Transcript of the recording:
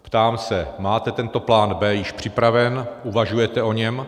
Ptám se: Máte tento plán b) již připraven, uvažujete o něm?